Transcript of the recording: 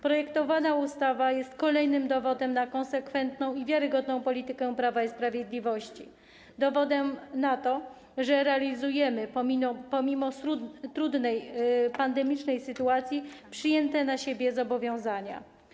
Projektowana ustawa jest kolejnym dowodem na konsekwentną i wiarygodną politykę Prawa i Sprawiedliwości, dowodem na to, że realizujemy, pomimo trudnej pandemicznej sytuacji, przyjęte na siebie zobowiązania.